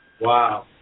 Wow